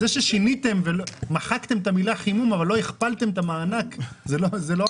זה ששיניתם ומחקתם את המילה חימום אבל לא הכפלתם את המענק,